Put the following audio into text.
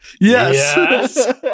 Yes